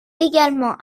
également